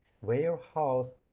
warehouse